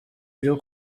ibyo